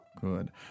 Good